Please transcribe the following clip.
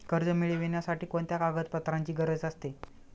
कर्ज मिळविण्यासाठी कोणत्या कागदपत्रांची गरज असते?